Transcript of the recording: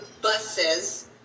buses